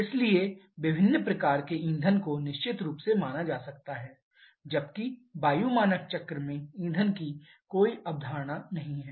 इसलिए विभिन्न प्रकार के ईंधन को निश्चित रूप से माना जा सकता है जबकि वायु मानक चक्र में ईंधन की कोई अवधारणा नहीं है